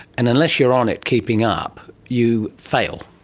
and unless you're on it, keeping up, you fail,